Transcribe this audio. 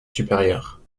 supérieure